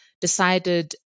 decided